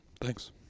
Thanks